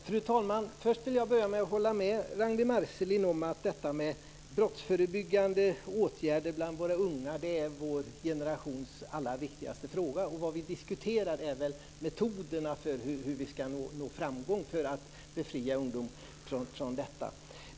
Fru talman! Jag vill börja med att hålla med Ragnwi Marcelind om att brottsförebyggande åtgärder bland våra unga är vår generations allra viktigaste fråga. Det vi diskuterar är metoderna för hur vi ska nå framgång med att befria ungdomar från detta.